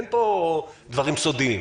אין פה דברים סודיים.